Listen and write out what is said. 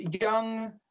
young